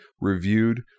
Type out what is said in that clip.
reviewed